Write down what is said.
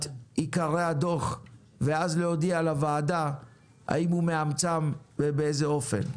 עיקרי הדוח ואז להודיע לוועדה האם הוא מאמצם ובאיזה אופן.